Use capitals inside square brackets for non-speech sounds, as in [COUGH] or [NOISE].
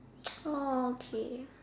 [NOISE] okay